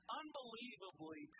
unbelievably